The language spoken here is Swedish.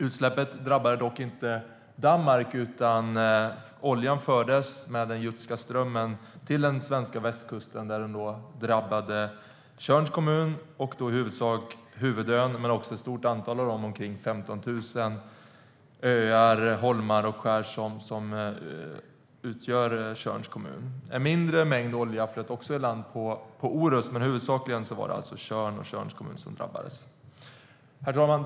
Utsläppet drabbade dock inte Danmark, utan oljan fördes med Jutska strömmen till den svenska västkusten. Där drabbade den Tjörns kommun, i huvudsak huvudön men också ett stort antal av de omkring 15 000 öar, holmar och skär som utgör Tjörns kommun. En mindre mängd olja flöt i land på Orust, men i huvudsak var det alltså Tjörn och Tjörns kommun som drabbades. Herr talman!